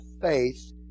faith